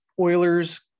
oilers